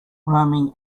roaming